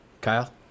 kyle